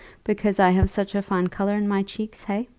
because i have such a fine colour in my cheeks, hey?